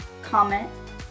comment